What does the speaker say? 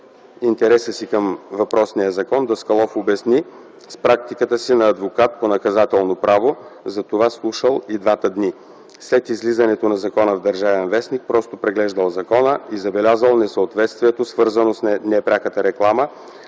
Интереса си към въпросния закон Даскалов обясни с практиката си на адвокат по наказателно право, затова слушал „и двата дни”. След излизането на закона в „Държавен вестник” „просто” преглеждал закона и забелязал „несъответствието, ... свързано с непряката реклама”.